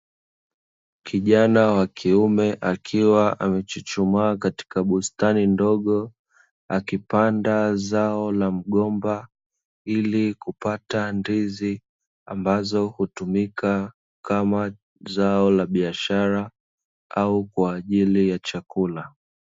Kijana wa kiume akiwa amechuchumaa katika bustani ndogo akipanda zao la mgomba, ili kupata ndizi ambazo hutumika kama zao la biashara au kwa ajili ya chakula.